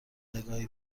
نگاهی